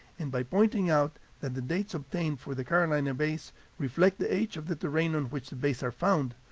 and by pointing out that the dates obtained for the carolina bays reflect the age of the terrain on which the bays are found,